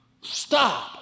Stop